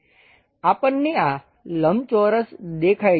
આપણને આ લંબચોરસ દેખાય છે